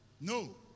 No